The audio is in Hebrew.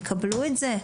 יקבלו את זה ?